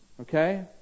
okay